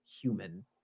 human